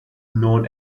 known